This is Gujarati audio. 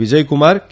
વિજયકુમાર કે